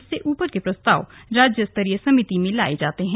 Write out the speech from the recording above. इससे ऊपर के प्रस्ताव राज्य स्तरीय समिति में लाये जाते हैं